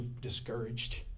discouraged